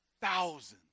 thousands